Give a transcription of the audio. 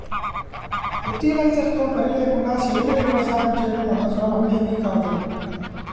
fertilisers తో పని లేకుండా సేంద్రీయ వ్యవసాయం చేయడం అంత సులభమేమీ కాదు